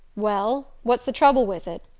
well, what's the trouble with it?